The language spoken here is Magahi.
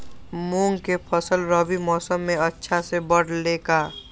मूंग के फसल रबी मौसम में अच्छा से बढ़ ले का?